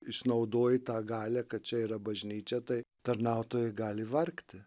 išnaudoji tą galią kad čia yra bažnyčia tai tarnautojai gali vargti